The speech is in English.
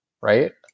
right